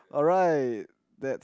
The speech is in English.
alright that's